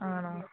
ആണോ